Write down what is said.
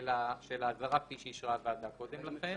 של האזהרה כפי שאישרה הוועדה קודם לכן.